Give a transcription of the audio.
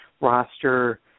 roster